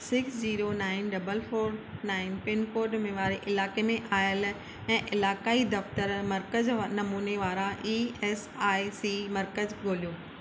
six zero nine double four nine pincode वारे इलाइक़े में आयल ऐं इलाक़ाई दफ़्तरु मर्कज़ नमूने वारा ई एस आई सी मर्कज़ु ॻोल्हियो